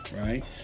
Right